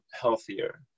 healthier